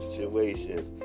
Situations